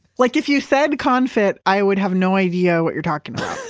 like if you said con-fit, i would have no idea what you're talking about